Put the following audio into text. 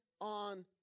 on